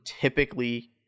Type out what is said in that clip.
Typically